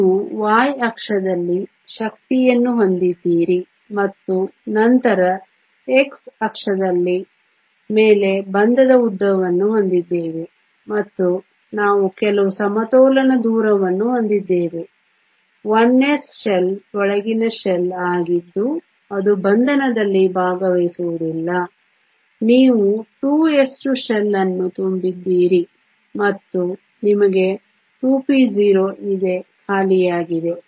ನೀವು y ಅಕ್ಷದಲ್ಲಿ ಶಕ್ತಿಯನ್ನು ಹೊಂದಿದ್ದೀರಿ ಮತ್ತು ನಂತರ x ಅಕ್ಷದ ಮೇಲೆ ಬಂಧದ ಉದ್ದವನ್ನು ಹೊಂದಿದ್ದೇವೆ ಮತ್ತು ನಾವು ಕೆಲವು ಸಮತೋಲನ ದೂರವನ್ನು ಹೊಂದಿದ್ದೇವೆ 1s ಶೆಲ್ ಒಳಗಿನ ಶೆಲ್ ಆಗಿದ್ದು ಅದು ಬಂಧನದಲ್ಲಿ ಭಾಗವಹಿಸುವುದಿಲ್ಲ ನೀವು 2s2 ಶೆಲ್ ಅನ್ನು ತುಂಬಿದ್ದೀರಿ ಮತ್ತು ನಿಮಗೆ 2p0 ಇದೆ ಖಾಲಿಯಾಗಿದೆ